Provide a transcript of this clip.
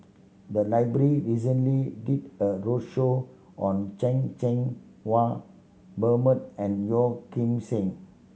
the library recently did a roadshow on Chan Cheng Wah Bernard and Yeo Kim Seng